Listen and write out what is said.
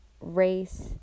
race